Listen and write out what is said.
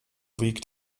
leaked